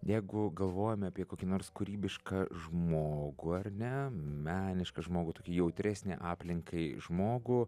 jeigu galvojame apie kokį nors kūrybišką žmogų ar ne menišką žmogų tokie jautresnį aplinkai žmogų